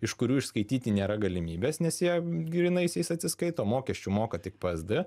iš kurių išskaityti nėra galimybės nes jie grynaisiais atsiskaito mokesčių moka tik psd